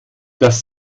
dass